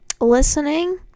listening